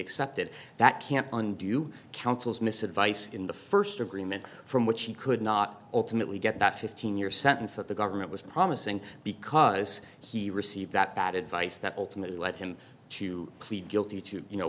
accepted that can't undo counsels miss advice in the first agreement from which he could not alternately get that fifteen year sentence that the government was promising because he received that bad advice that ultimately led him to plead guilty to you know